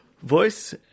voice